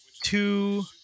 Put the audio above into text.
two